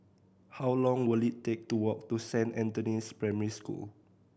how long will it take to walk to Saint Anthony's Primary School